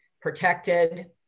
protected